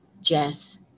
Jess